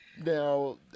Now